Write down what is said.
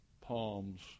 palms